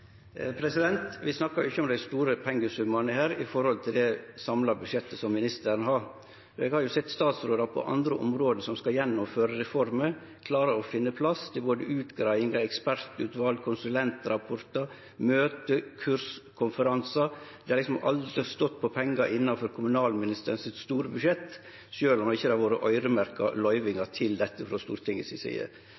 store pengesummane her i forhold til det samla budsjettet som ministeren har. Eg har sett statsrådar som på andre område skal gjennomføre reformer, finne plass til både utgreiingar, ekspertutval, konsulentrapportar, møte, kurs, konferansar osv. Det har liksom aldri stått på pengar innanfor det store budsjettet til kommunalministeren, sjølv om det ikkje har vore øyremerkt løyvingar